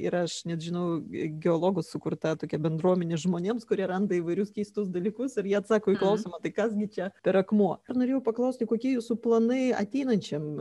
ir aš net žinau geologų sukurta tokia bendruomenė žmonėms kurie randa įvairius keistus dalykus ir jie atsako į klausimą tai kas gi čia tai yra akmuo ir norėjau paklausti kokie jūsų planai ateinančiam